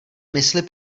mysli